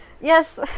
Yes